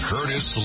Curtis